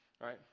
right